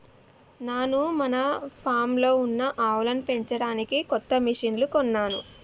నాను మన ఫామ్లో ఉన్న ఆవులను పెంచడానికి కొత్త మిషిన్లు కొన్నాను